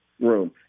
room